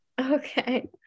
Okay